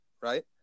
Right